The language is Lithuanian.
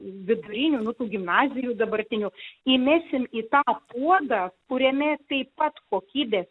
vidurinių gimnazijų dabartinių įmesime į tą puodą kuriame taip pat kokybė